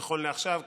נכון לעכשיו,